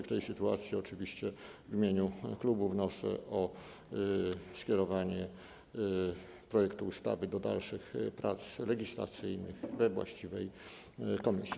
W tej sytuacji oczywiście w imieniu klubu wnoszę o skierowanie projektu ustawy do dalszych prac legislacyjnych we właściwej komisji.